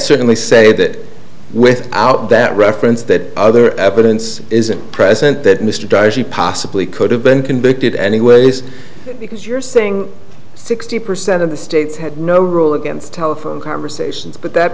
certainly say that without that reference that other evidence isn't present that mr di she possibly could have been convicted anyways because you're saying sixty percent of the states had no rule against telephone conversations but that